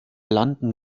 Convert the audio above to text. landen